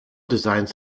designs